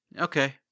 Okay